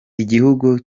igihugu